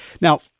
Now